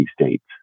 states